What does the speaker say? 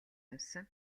юмсан